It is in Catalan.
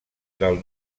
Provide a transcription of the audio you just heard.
del